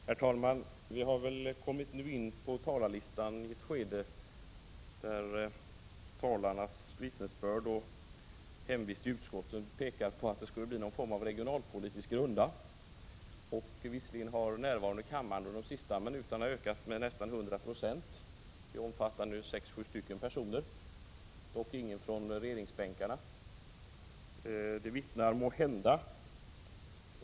Herr talman! Vi har nu kommit fram till det ställe i talarlistan där talarnas vittnesbörd och utskottshemvist tyder på att vi får en regionalpolitisk runda. Visserligen har närvaron i kammaren de senaste minuterna ökat med nästan 100 96. Vi är nu sju åtta ledamöter här, men inget statsråd finns här.